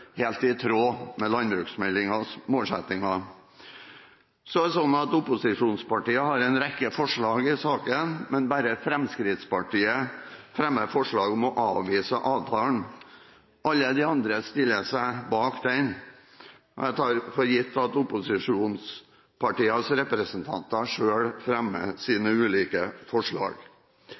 helt i tråd med landbruksmeldingens målsettinger. Opposisjonspartiene har en rekke forslag i saken, men det er bare Fremskrittspartiet som fremmer forslag om å avvise avtalen. Alle de andre stiller seg bak den. Jeg tar det for gitt at opposisjonspartienes representanter selv fremmer sine ulike forslag.